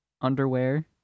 underwear